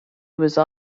also